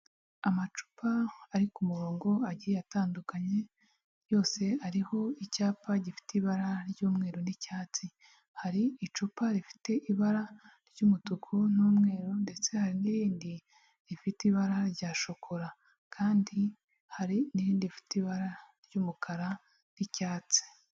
Amacupa ari ku murongo agiye atandukanye, yose ariho icyapa gifite ibara ry'umweru n'icyatsi, hari icupa rifite ibara ry'umutuku n'umweru ndetse hari n'irindi rifite ibara rya shokora, kandi hari n'irindi rifite ibara ry'umukara n'icyatsi.